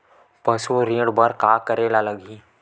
पशु ऋण बर का करे ला लगही?